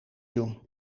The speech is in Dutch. doen